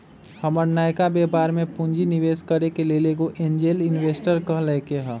हमर नयका व्यापर में पूंजी निवेश करेके लेल एगो एंजेल इंवेस्टर कहलकै ह